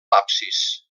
absis